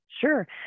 Sure